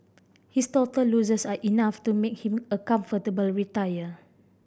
his total losses are enough to make him a comfortable retiree